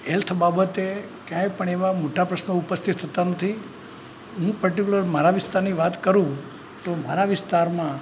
health બાબતે ક્યાંય પણ એવાં મોટા પ્રશ્નો ઉપસ્થિત થતાં નથી હું પર્ટિક્યુલર મારા વિસ્તારની વાત કરું તો મારા વિસ્તારમાં